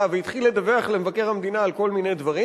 והתחיל לדווח למבקר המדינה על כל מיני דברים,